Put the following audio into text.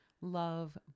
love